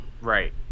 Right